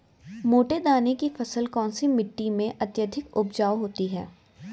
मोटे दाने की फसल कौन सी मिट्टी में अत्यधिक उपजाऊ होती है?